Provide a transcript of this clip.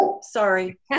sorry